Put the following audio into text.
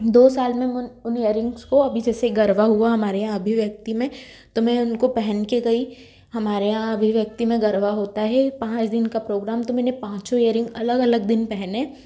दो साल में उन उन इयरिंग्स को अभी जैसे गरबा हुआ हमारे यहाँ अभिव्यक्ति में तो मैं उनको पहन के गई हमारे यहाँ अभिव्यक्ति में गरबा होता है पाँच दिन का प्रोग्राम तो मैंने पाँचो इयरिंग अलग अलग दिन पहने